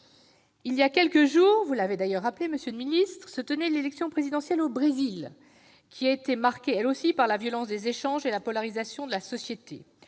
Il y a quelques jours, vous l'avez rappelé, monsieur le ministre, se tenait l'élection présidentielle au Brésil, qui a été marquée, elle aussi, par la violence des échanges et la polarisation de la société.